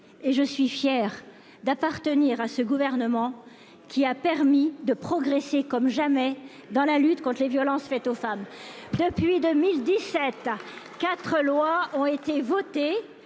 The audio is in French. et je suis fière d'appartenir à ce gouvernement, qui a permis de progresser comme jamais dans la lutte contre les violences faites aux femmes. Depuis 2017, quatre lois ont été votées